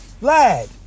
Lad